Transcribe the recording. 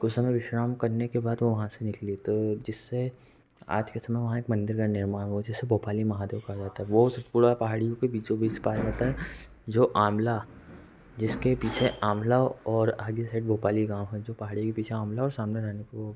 कुछ समय विश्राम करने के बाद वो वहाँ से निकले तो जिससे आज के समय वहाँ एक मंदिर का निर्माण हुआ जिसे भोपाली महादेव कहा जाता है वो सतपुड़ा पहाड़ियों के बीचों बीच पाया जाता है जो आमला जिसके पीछे आमला और आगे साइड भोपाली गाँव है जो पहाड़ी के पीछे आमला और सामने रानीपुर